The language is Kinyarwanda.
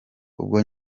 ubwo